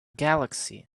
galaxy